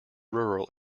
rural